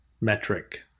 metric